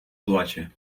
плаче